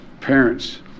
parents